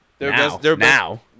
Now